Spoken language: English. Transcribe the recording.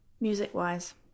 Music-wise